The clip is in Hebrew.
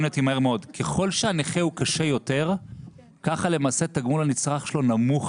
ככל שהנכה קשה יותר ככה למעשה תגמול הנצרך שלו נמוך